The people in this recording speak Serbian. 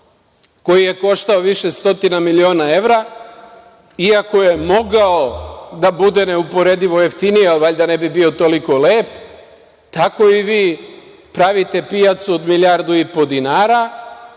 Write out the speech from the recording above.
koji je koštao više stotina miliona evra, iako je mogao da bude neuporedivo jeftiniji, a valjda ne bi bio toliko lep, tako i vi pravite pijacu od milijardu i po dinara,